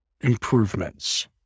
improvements